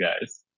guys